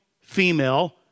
female